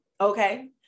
okay